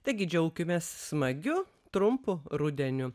taigi džiaukimės smagiu trumpu rudeniu